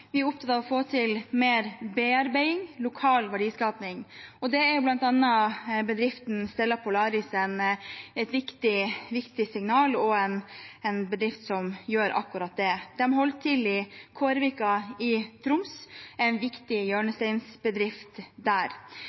Vi er opptatt av å få til mer bearbeiding og lokal verdiskaping. Der er bl.a. bedriften Stella Polaris viktig og en bedrift som gjør akkurat det. De holder til i Kårvika i Troms, og er en viktig hjørnesteinsbedrift der.